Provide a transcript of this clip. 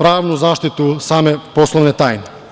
pravnu zaštitu same poslovne tajne.